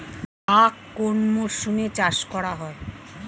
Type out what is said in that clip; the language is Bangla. আখ কোন মরশুমে চাষ করা হয়?